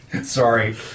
Sorry